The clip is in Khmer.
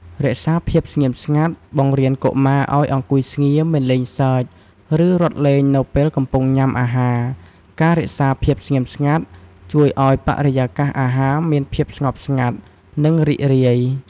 រក្សាភាពស្ងៀមស្ងាត់ បង្រៀនកុមារឲ្យអង្គុយស្ងៀម មិនលេងសើច ឬរត់លេងនៅពេលកំពុងញ៉ាំអាហារ ការរក្សាភាពស្ងៀមស្ងាត់ជួយឲ្យបរិយាកាសអាហារមានភាពស្ងប់ស្ងាត់ និងរីករាយ។